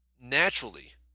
naturally